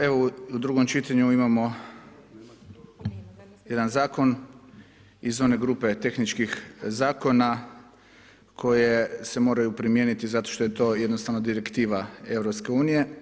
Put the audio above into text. Evo u drugom čitanju imamo jedan zakon iz one grupe tehničkih zakona koje se moraju primijeniti zato što je to jednostavno direktiva Europske unije.